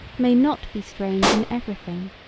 may not be strange in everything.